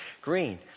green